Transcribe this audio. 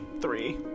Three